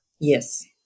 Yes